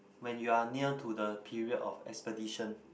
when you are near to the period of expedition